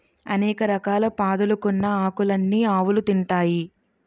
అనేక రకాల పాదులుకున్న ఆకులన్నీ ఆవులు తింటాయి